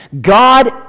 god